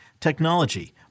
technology